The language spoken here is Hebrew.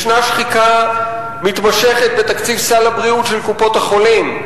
ישנה שחיקה מתמשכת בתקציב סל הבריאות של קופות-החולים.